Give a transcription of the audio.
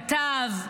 כתב,